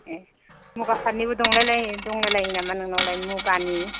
ए मुगा पाटनिबो दंलायलायो दंलायलायो नामा नोंनावलाय मुगानि